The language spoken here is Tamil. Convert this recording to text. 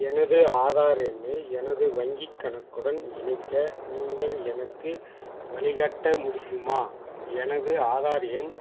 எனது ஆதார் எண்ணை எனது வங்கிக் கணக்குடன் இணைக்க நீங்கள் எனக்கு வழிகாட்ட முடியுமா எனது ஆதார் எண்